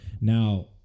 Now